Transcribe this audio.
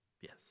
yes